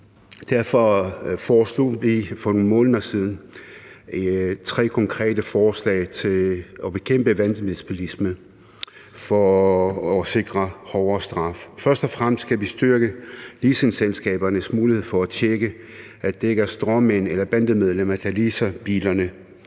måneder siden tre konkrete forslag til at bekæmpe vanvidsbilisme for at sikre hårdere straffe. Først og fremmest skal vi styrke leasingselskabernes mulighed for at tjekke, at det ikke er stråmænd eller bandemedlemmer, der leaser bilerne,